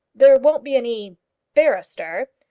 there won't be any barrister?